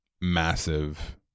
massive